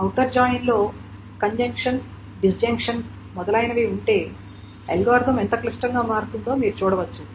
outer జాయిన్లో conjunction disjunction మొదలైనవి ఉంటే అల్గోరిథం ఎంత క్లిష్టంగా మారుతుందో మీరు చూడవచ్చు